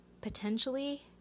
potentially